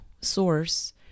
source